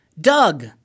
Doug